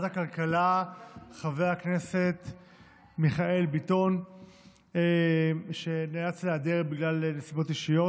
כנסת נכבדה, זכותך להגיש בקשה.